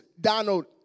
Donald